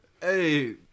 Hey